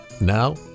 now